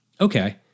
okay